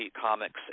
Comics